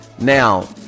Now